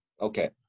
Okay